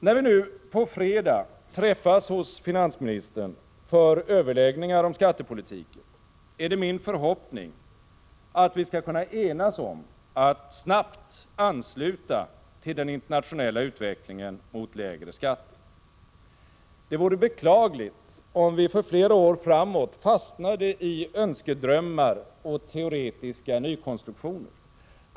När vi nu på fredag träffas hos finansministern för överläggningar om skattepolitiken, är det min förhoppning att vi skall kunna enas om att snabbt ansluta till den internationella utvecklingen mot lägre skatter. Det vore beklagligt om vi för flera år framåt fastnade i önskedrömmar och teoretiska nykonstruktioner.